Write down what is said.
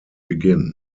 begin